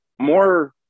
more